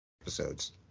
episodes